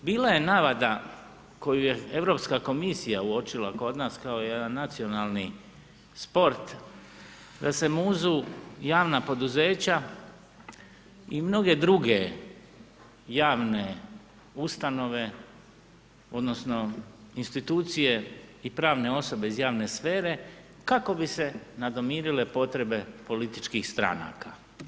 Jer bila je navada koju je Europska komisija uočila kod nas kao jedan nacionalnih sport da se muzu javna poduzeća i mnoge druge javne ustanove odnosno institucije i pravne osobe iz javne sfere kako bi se nadomirile potrebe političkih stranaka.